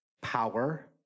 power